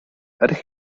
ydych